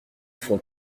font